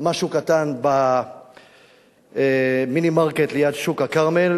משהו קטן במינימרקט ליד שוק הכרמל,